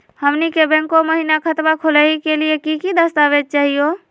हमनी के बैंको महिना खतवा खोलही के लिए कि कि दस्तावेज चाहीयो?